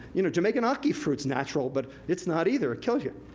you know, jamaican ackee fruit's natural, but it's not either. it kills you.